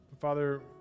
Father